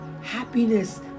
happiness